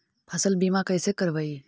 फसल बीमा कैसे करबइ?